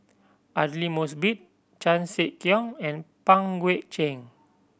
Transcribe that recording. Aidli Mosbit Chan Sek Keong and Pang Guek Cheng